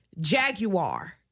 jaguar